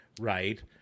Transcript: right